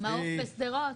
שדרות.